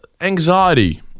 Anxiety